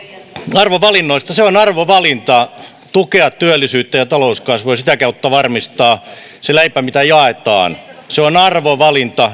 arvovalinnoista on arvovalinta tukea työllisyyttä ja talouskasvua ja sitä kautta varmistaa se leipä mitä jaetaan se on arvovalinta